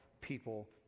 people